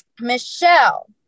Michelle